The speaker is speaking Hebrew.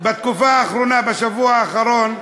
בתקופה האחרונה, בשבוע האחרון,